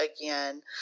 again